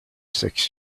six